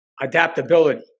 adaptability